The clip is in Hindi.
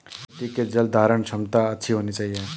मिट्टी की जलधारण क्षमता अच्छी होनी चाहिए